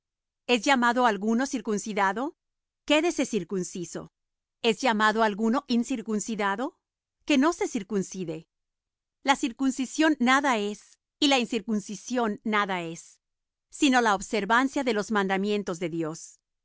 es llamado alguno circuncidado quédese circunciso es llamado alguno incircuncidado que no se circuncide la circuncisión nada es y la incircuncisión nada es sino la observancia de las mandamientos de dios